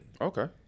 Okay